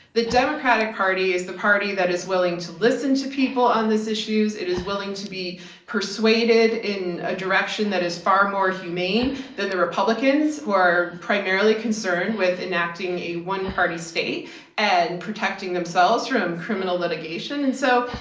the democratic party is the party that is willing to listen to people on these issues, it is willing to be persuaded in a direction that is far more humane than the republicans, who are primarily concerned with enacting a one-party state and protecting themselves from criminal litigation. and so,